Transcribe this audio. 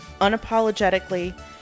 unapologetically